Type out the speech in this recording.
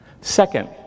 Second